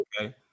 okay